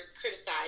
criticized